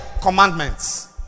commandments